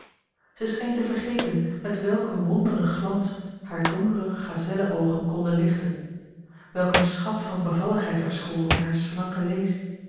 zij scheen te vergeten met welk een wonderen glans hare donkere gazellenoogen konden lichten welk een schat van bevalligheid er school in hare slanke leest